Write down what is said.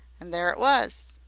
an' there it was.